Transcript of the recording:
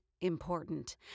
important